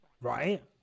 Right